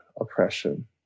oppression